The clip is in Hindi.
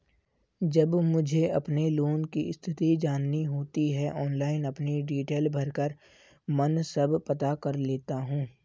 जब मुझे अपने लोन की स्थिति जाननी होती है ऑनलाइन अपनी डिटेल भरकर मन सब पता कर लेता हूँ